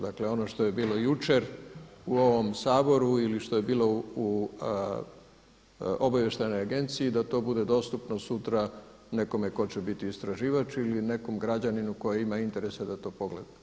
Dakle, ono što je bilo jučer u ovom Saboru ili što je bilo u obavještajnoj agenciji da to bude dostupno sutra nekome tko će biti istraživač, ili nekom građaninu koji ima interese da to pogleda.